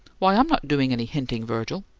why, i'm not doing any hinting, virgil.